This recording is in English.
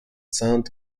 sound